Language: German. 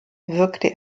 wirkte